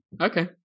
Okay